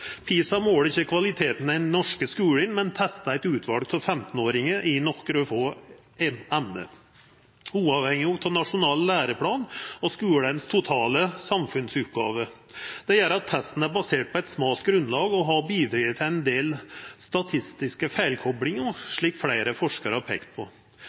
PISA måler ikkje kvaliteten i den norske skulen, men testar eit utval 15-åringar i nokre få emne, uavhengig av nasjonal læreplan og dei totale samfunnsoppgåvene skulen har. Det gjer at testen er basert på eit smalt grunnlag og har bidrege til ein del statistiske feilkoplingar – slik fleire forskarar har peikt på.